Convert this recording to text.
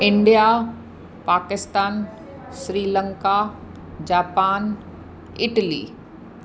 India Pakistan Sri Lanka Japan Italy